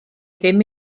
ddim